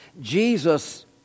Jesus